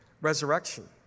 resurrection